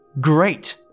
Great